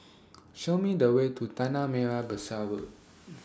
Show Me The Way to Tanah Merah Besar Road